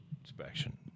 inspection